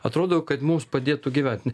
atrodo kad mums padėtų gyvent